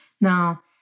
Now